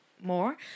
more